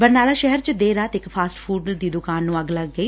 ਬਰਨਾਲਾ ਸ਼ਹਿਰ ਚ ਦੇਰ ਰਾਤ ਇਕ ਫਾਸਟ ਫੂਡ ਦੀ ਦੁਕਾਨ ਨੂੰ ਅੱਗ ਲੱਗ ਗਈ